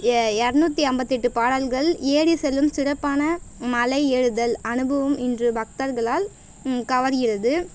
எ எரநூத்தி ஐம்பத்தெட்டு பாடல்கள் ஏறி செல்லும் சிறப்பான மலை ஏறுதல் அனுபவம் இன்று பக்தர்களால் கவர்கிறது